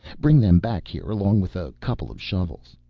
bring them back here along with a couple of shovels.